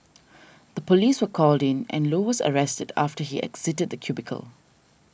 the police were called in and low was arrested after he exited the cubicle